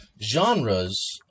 Genres